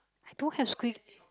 I don't have squig~